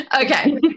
okay